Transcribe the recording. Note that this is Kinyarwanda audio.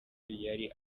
yari